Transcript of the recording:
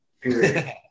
period